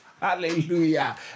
Hallelujah